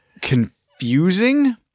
Confusing